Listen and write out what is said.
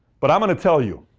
but i'm going to tell you,